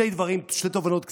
שתי תובנות קצרות.